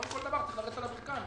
הסכמנו פה אחד.